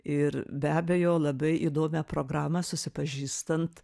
ir be abejo labai įdomią programą susipažįstant